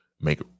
make